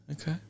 Okay